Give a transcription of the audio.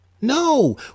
No